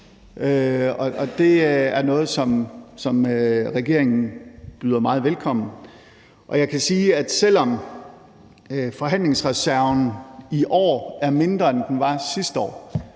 det er noget, som regeringen byder meget velkommen. Og jeg kan sige, at selv om forhandlingsreserven i år er mindre, end den var sidste år,